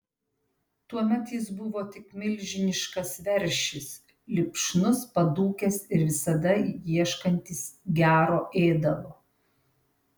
tuomet jis buvo tik milžiniškas veršis lipšnus padūkęs ir visada ieškantis gero ėdalo